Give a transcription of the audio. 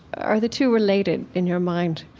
are the two related in your mind?